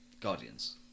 Guardians